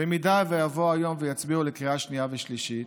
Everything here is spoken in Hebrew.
במידה שיבואו היום ויצביעו בקריאה שנייה ושלישית,